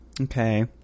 Okay